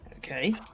Okay